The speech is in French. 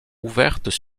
ouvertes